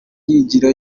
myigire